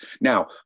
Now